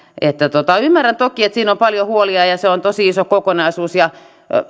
ymmärrän toki että siinä on paljon huolia ja se on tosi iso kokonaisuus